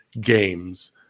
games